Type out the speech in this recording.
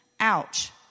Ouch